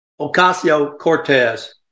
Ocasio-Cortez